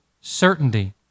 certainty